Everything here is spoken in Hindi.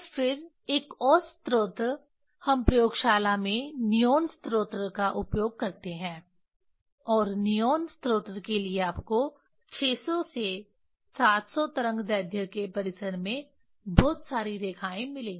और फिर एक और स्रोत हम प्रयोगशाला में नियॉन स्रोत का उपयोग करते हैं और नियॉन स्रोत के लिए आपको 600 से 700 तरंगदैर्ध्य के परिसर में बहुत सारी रेखाएं मिलेंगी